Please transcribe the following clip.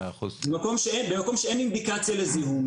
במקום שאין אינדיקציה לזיהום,